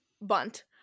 bunt